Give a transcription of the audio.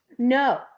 No